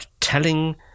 telling